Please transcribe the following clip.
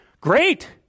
Great